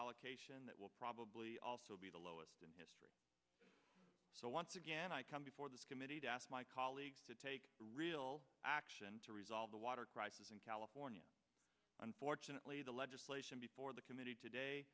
allocation that will probably also be the lowest in history so once again i come before this committee to ask my colleagues to take real action to resolve the water crisis in california unfortunately the legislation before the committee today